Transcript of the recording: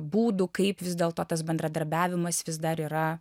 būdų kaip vis dėl to tas bendradarbiavimas vis dar yra